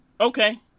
Okay